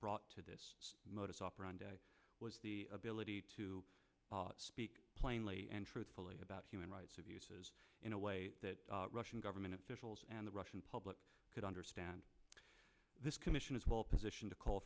brought to this modus operandi was the ability to speak plainly and truthfully about human rights abuses in a way that russian government officials and the russian public could understand this commission is well positioned to call